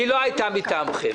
היא לא הייתה מטעמכם.